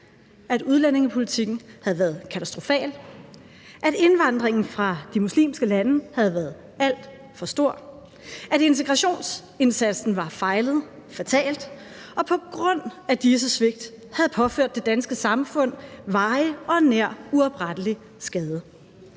at udlændingepolitikken havde været katastrofal, at indvandringen fra de muslimske lande havde været alt for stor, at integrationsindsatsen var fejlet fatalt, og at man på grund af disse svigt havde påført det danske samfund varig og nær uoprettelig skade.